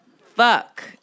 fuck